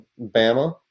Bama